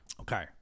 Okay